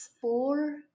four